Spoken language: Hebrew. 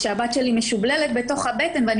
כשהבת שלי משובללת על הבטן שלי ואני